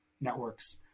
networks